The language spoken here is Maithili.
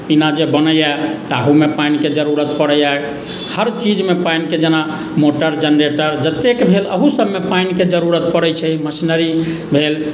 पीना जे बनैए तहूमे पानिके जरूरत पड़ैए हर चीजमे पानिके जेना मोटर जेनरेटर जतेक भेल एहू सभमे पानिके जरूरत पड़ैत छै मशीनरी भेल